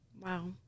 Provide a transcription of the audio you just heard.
Wow